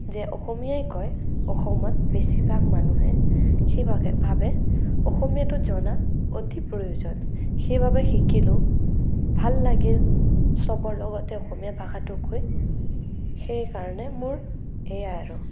যে অসমীয়াই কয় অসমত বেছিভাগ মানুহে সেইবাবে ভাৱে অসমীয়াটো জনা অতি প্ৰয়োজন সেইবাবে শিকিলো ভাল লাগিল চবৰ লগতে অসমীয়া ভাষাটো কৈ সেইকাৰণে মোৰ এয়াই আৰু